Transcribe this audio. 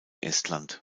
estland